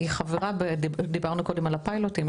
דיברנו קודם על הפיילוטים.